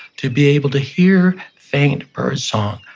to be able to hear faint birdsong,